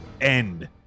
end